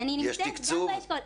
יש תקצוב?